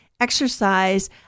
exercise